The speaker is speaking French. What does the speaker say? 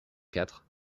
quatre